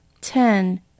Ten